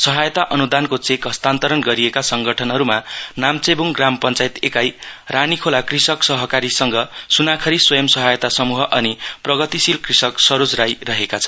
सहायता अनुदानको चेक हस्तान्तरण गरिएका सङ्गठनहरूमा नाम्चेबुङ ग्राम पश्चायत एकाई रानीखालो कृषक सहकारी संघ सुनाखरी स्वंय सहायता समूह अनि प्रगतिशील कृषक सरोज राई रहेका छन्